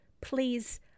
Please